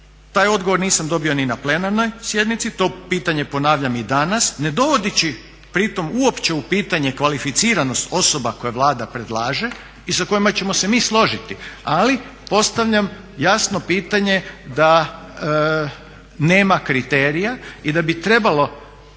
Taj odgovor nisam dobio ni na plenarnoj sjednici, to pitanje ponavljam i danas ne dovodeći pri tome uopće u pitanje kvalificiranost osoba koje Vlada predlaže i sa kojima ćemo se mi složiti. Ali postavljam jasno pitanje da nema kriterija i da bi trebalo